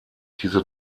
diese